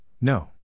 No